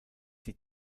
die